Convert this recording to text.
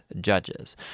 judges